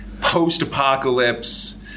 post-apocalypse